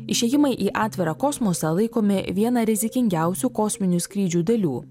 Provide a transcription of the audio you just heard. išėjimai į atvirą kosmosą laikomi viena rizikingiausių kosminių skrydžių dalių